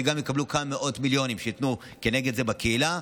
שגם יקבלו כמה מאות מיליונים כנגד זה שייתנו בקהילה,